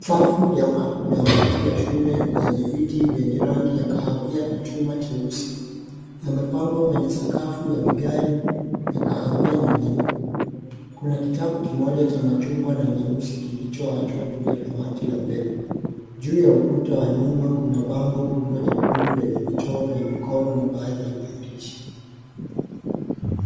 Safu ya madawati ya shule yenye viti vyenye rangi ya kahawia na chuma cheusi yamepangwa kwenye sakafu ya vigae ya kahawia na nyeupe. Kuna kitabu kimoja cha machungwa na nyeusi kilichoachwa juu ya dawati la mbele. Juu ya ukuta wa nyuma kuna bango kubwa jekundu lenye michoro ya mikono na baadhi ya maandishi.